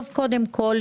קודם כל,